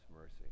mercy